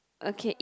okay it